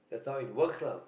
that's how it works lah